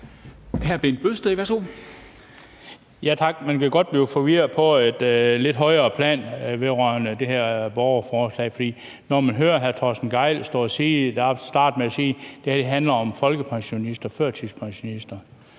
Bent Bøgsted (DF): Tak. Man kan godt blive forvirret på et lidt højere plan vedrørende det her borgerforslag, når man hører hr. Torsten Gejl starte med at sige, at det handler om folkepensionister og førtidspensionister,